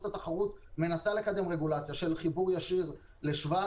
התחרות מנסה לקדם רגולציה של חיבור ישיר לשב"א,